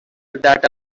that